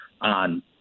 on